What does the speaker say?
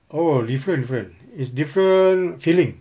oh different different is different feeling